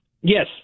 Yes